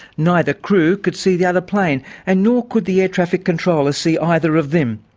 neither crew could see the other plane and nor could the air traffic controller see either of them.